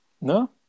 No